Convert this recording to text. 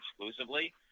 exclusively